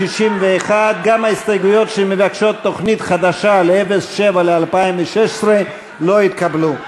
61. גם ההסתייגויות שמבקשות תוכנית חדשה ב-07 ל-2016 לא התקבלו.